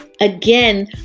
Again